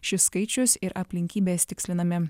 šis skaičius ir aplinkybės tikslinami